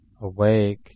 awake